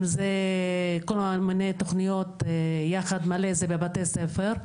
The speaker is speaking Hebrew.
אם זה כל מיני תכניות יחד מלא זה בבתי ספר.